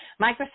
Microsoft